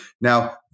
Now